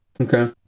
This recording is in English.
okay